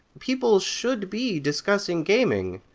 people should be discussing gaming.